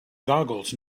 googles